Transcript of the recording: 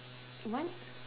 what